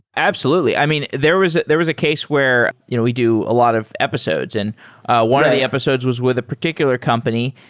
absolutely. i mean, there was there was a case where you know we do a lot of episodes. and one of the episodes was with a particular company,